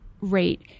rate